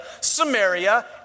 Samaria